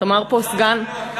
אמר פה סגן, 200 מיליון.